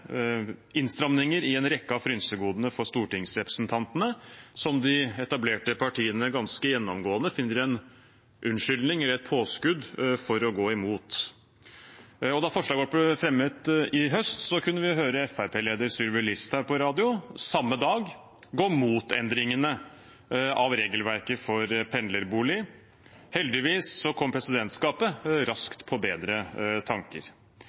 unnskyldning eller et påskudd for å gå imot. Da forslaget vårt ble fremmet i høst, kunne vi samme dag høre Fremskrittsparti-leder Sylvi Listhaug på radio gå imot endringene av regelverket for pendlerbolig. Heldigvis kom presidentskapet raskt på bedre tanker.